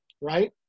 right